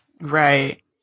Right